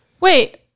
Wait